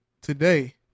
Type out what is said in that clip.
today